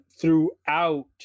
throughout